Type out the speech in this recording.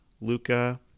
Luca